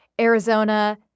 Arizona